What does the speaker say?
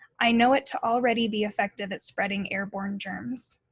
i know it to already be effective at spreading airborne germs.